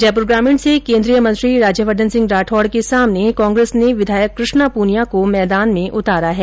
जयपुर ग्रामीण से केन्द्रीय मंत्री राज्यवर्द्वन सिंह राठौड के सामने कांग्रेस ने विधायक कृष्णा पूनिया को मैदान में उतारा है